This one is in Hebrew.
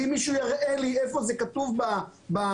אם מישהו יראה לי איפה זה כתוב בנהלים,